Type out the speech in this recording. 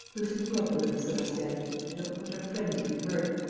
loosen the rope a little, sebastiani i don't want our friend to be hurt.